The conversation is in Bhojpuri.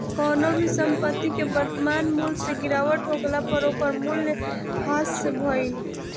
कवनो भी संपत्ति के वर्तमान मूल्य से गिरावट होखला पअ ओकर मूल्य ह्रास भइल